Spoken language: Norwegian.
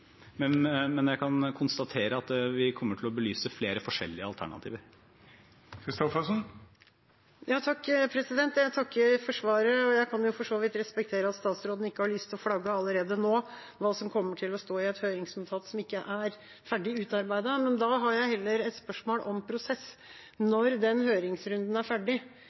Men jeg kan konstatere at vi kommer til å belyse flere forskjellige alternativer. Jeg takker for svaret, og jeg kan for så vidt respektere at statsråden ikke har lyst til å flagge allerede nå hva som kommer til å stå i et høringsnotat som ikke er ferdig utarbeidet. Men da har jeg heller et spørsmål om prosess når den høringsrunden er ferdig.